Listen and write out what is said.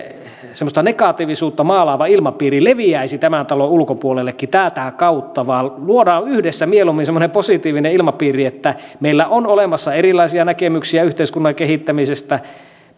semmoista negatiivisuutta maalaava ilmapiiri leviäisi tämän talon ulkopuolellekin tätä kautta luodaan yhdessä mieluummin semmoinen positiivinen ilmapiiri meillä on olemassa erilaisia näkemyksiä yhteiskunnan kehittämisestä